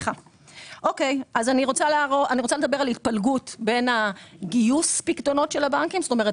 אני רוצה לדבר על התפלגות בין גיוס פיקדונות של הבנקים כלומר,